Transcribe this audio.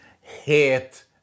hate